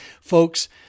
Folks